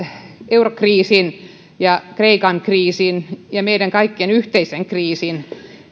eurokriisin ja kreikan kriisin ja meidän kaikkien yhteisen kriisin